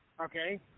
Okay